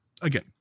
again